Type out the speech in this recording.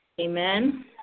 Amen